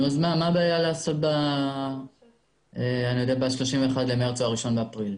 מה הבעיה לעשות ב-31 במארס או ב-1 באפריל?